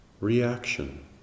reaction